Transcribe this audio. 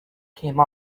came